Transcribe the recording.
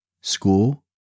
school